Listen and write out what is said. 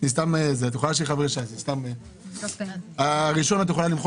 בסוף הם אלה